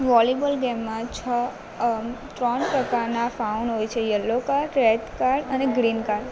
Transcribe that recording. volleyball ગેમમાં છ ત્રણ પ્રકારના ફાઉન હોય છે યલો કાર્ડ રેડ કાર્ડ અને ગ્રીન કાર્ડ